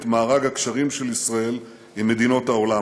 מארג הקשרים של ישראל עם מדינות העולם,